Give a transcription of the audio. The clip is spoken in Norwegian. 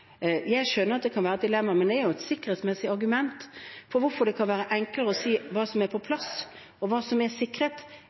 Jeg skjønner at det kan være et dilemma, men det er et sikkerhetsmessig argument for hvorfor det kan være enklere å si hva som er på